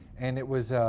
and it was